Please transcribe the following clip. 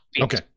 Okay